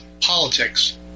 politics